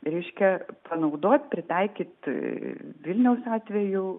reiškia panaudot pritaikyt vilniaus atveju